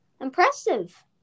Impressive